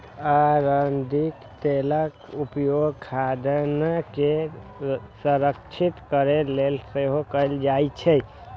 अरंडीक तेलक उपयोग खाद्यान्न के संरक्षित करै लेल सेहो कैल जाइ छै